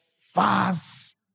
fast